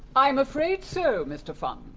i'm afraid so, mr funn.